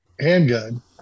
handgun